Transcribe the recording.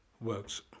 works